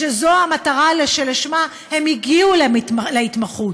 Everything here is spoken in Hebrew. שזו המטרה שלשמה הם הגיעו להתמחות.